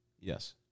Yes